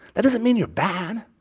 that doesn't mean you're bad?